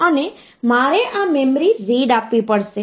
તેથી જો processor 4 bit data પર કામ કરે તો આ એક સમસ્યા બની જાય છે